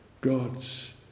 God's